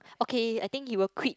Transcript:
okay I think he will quit